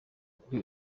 kuri